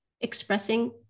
expressing